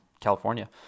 California